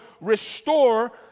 restore